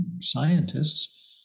scientists